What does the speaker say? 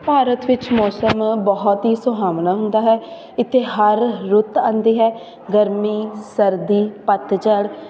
ਭਾਰਤ ਵਿੱਚ ਮੌਸਮ ਬਹੁਤ ਹੀ ਸੁਹਾਵਣਾ ਹੁੰਦਾ ਹੈ ਇੱਥੇ ਹਰ ਰੁੱਤ ਆਉਂਦੀ ਹੈ ਗਰਮੀ ਸਰਦੀ ਪਤਝੜ